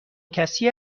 کسی